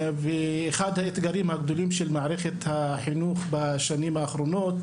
ואחד האתגרים הגדולים של מערכת החינוך בשנים האחרונות,